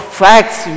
facts